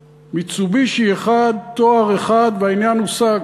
"מיצובישי" אחד, תואר אחד, והעניין הושג.